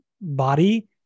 body